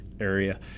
area